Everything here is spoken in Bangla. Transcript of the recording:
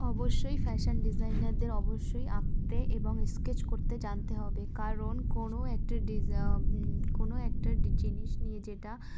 অবশ্যই ফ্যাশান ডিজাইনারদের অবশ্যই আঁকতে এবং স্কেচ করতে জানতে হবে কারণ কোনো একটা ডিজ কোনো একটা জিনিস নিয়ে যেটা